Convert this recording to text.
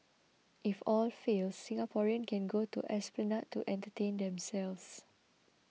if all fails Singaporeans can go to Esplanade to entertain themselves